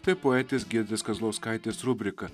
tai poetės giedrės kazlauskaitės rubrika